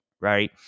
right